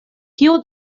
kio